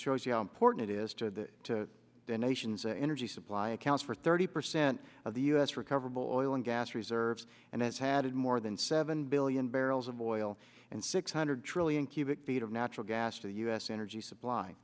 shows you how important it is to the nation's energy supply accounts for thirty percent of the u s recoverable oil and gas reserves and has had more than seven billion barrels of oil and six hundred trillion cubic feet of natural gas the u s energy supply